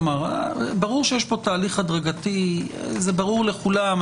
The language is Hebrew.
ברור שיש פה תהליך הדרגתי, זה ברור לכולם.